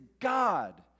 God